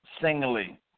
singly